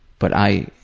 but i